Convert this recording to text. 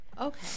Okay